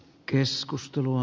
keskustelua